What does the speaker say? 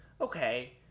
Okay